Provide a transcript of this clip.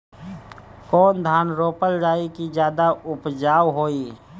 कौन धान रोपल जाई कि ज्यादा उपजाव होई?